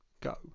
go